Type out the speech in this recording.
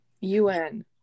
UN